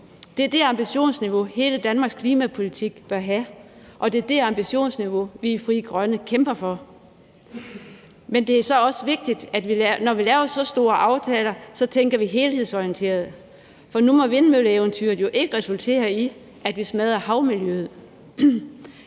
Det er det ambitionsniveau, hele Danmarks klimapolitik bør have, og det er det ambitionsniveau, vi i Frie Grønne kæmper for. Men det er så også vigtigt, at når vi laver så store aftaler, tænker vi helhedsorienteret, for nu må vindmølleeventyret jo ikke resultere i, at vi smadrer havmiljøet.